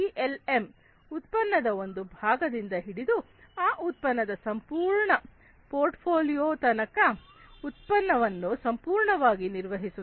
PLM ಉತ್ಪನ್ನದ ಒಂದು ಭಾಗದಿಂದ ಹಿಡಿದು ಆ ಉತ್ಪನ್ನದ ಸಂಪೂರ್ಣ ಪೋರ್ಟ್ಫೋಲಿಯೊವರೆಗೆ ಉತ್ಪನ್ನವನ್ನು ಸಂಪೂರ್ಣವಾಗಿ ನಿರ್ವಹಿಸುತ್ತದೆ